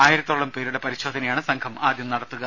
ആയിരത്തോളം പേരുടെ പരിശോധനയാണ് സംഘം ആദ്യം നടത്തുക